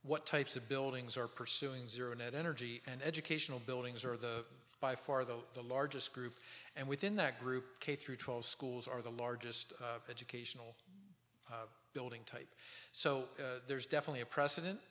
what types of buildings are pursuing zero net energy and educational buildings are the by far the the largest group and within that group k through twelve schools are the largest educational building type so there's definitely a precedent